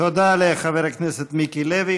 תודה רבה לחבר הכנסת מיקי לוי.